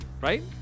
right